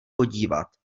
podívat